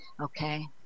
Okay